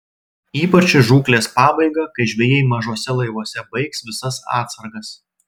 ypač į žūklės pabaigą kai žvejai mažuose laivuose baigs visas atsargas